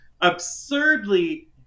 absurdly